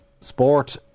sport